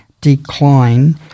decline